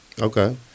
Okay